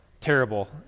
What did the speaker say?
terrible